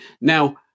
Now